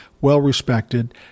well-respected